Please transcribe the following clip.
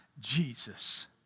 Jesus